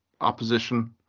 opposition